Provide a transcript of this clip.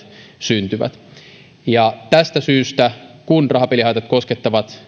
syntyvät tästä syystä kun rahapelihaitat koskettavat